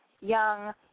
Young